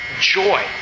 Joy